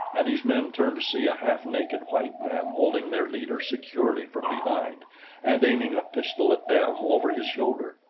and his men turned to see a half-naked white man holding their leader securely from behind and aiming a pistol at them over his shoulder.